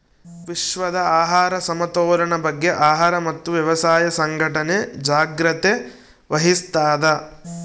ವಿಶ್ವದ ಆಹಾರ ಸಮತೋಲನ ಬಗ್ಗೆ ಆಹಾರ ಮತ್ತು ವ್ಯವಸಾಯ ಸಂಘಟನೆ ಜಾಗ್ರತೆ ವಹಿಸ್ತಾದ